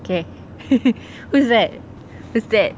okay who's that who's that